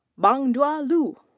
bangde ah liu.